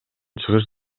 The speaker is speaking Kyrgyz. чыгыш